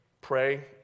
pray